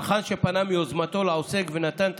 4. צרכן שפנה מיוזמתו לעוסק ונתן את